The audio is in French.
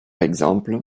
exemple